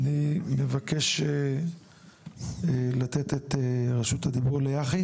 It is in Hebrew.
אני מבקש לתת את רשות הדיבור לנחי